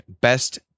best